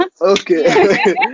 Okay